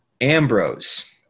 Ambrose